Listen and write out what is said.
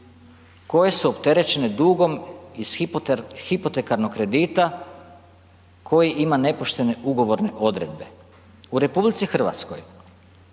koje su opterećene dugom iz hipotekarnog kredita koji ima nepoštene ugovorne odredbe. U RH kao prvo